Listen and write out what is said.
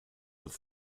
with